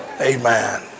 amen